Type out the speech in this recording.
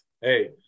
Hey